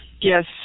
Yes